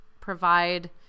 provide